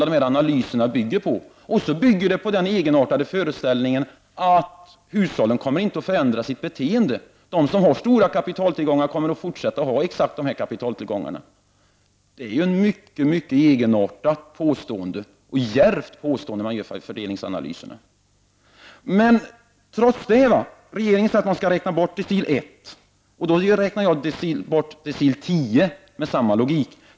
De bygger också på den egenartade föreställningen att hushållen inte kommer att förändra sitt beteende; de som har stora kapitaltillgångar kommer att fortsätta att ha exakt samma kapitaltillgångar. Det är ett egenartat och djärvt påstående. Regeringen säger att man skall räkna bort decil 1. Då räknar jag bort decil 10 med samma logik.